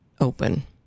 open